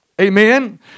Amen